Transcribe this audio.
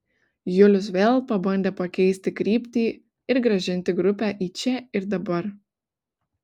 julius vėl pabandė pakeisti kryptį ir grąžinti grupę į čia ir dabar